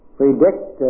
predict